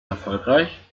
erfolgreich